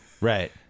right